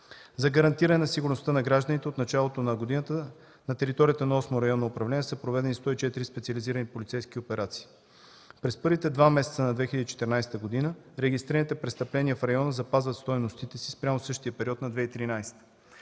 За гарантиране на сигурността на гражданите от началото на годината на територията на Осмо районно управление са проведени 104 специализирани полицейски операции. През първите два месеца на 2014 г. регистрираните престъпления в района запазват стойностите си спрямо същия период на 2013